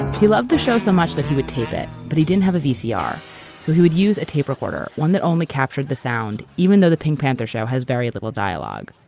he loved the show so much that he would tape it, but he didn't have a vcr, so he would use a tape recorder one that only captured the sound. even though the pink panther show has very little dialogue.